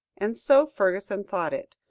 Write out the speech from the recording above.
and so fergusson thought it,